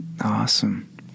Awesome